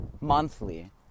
monthly